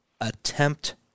attempt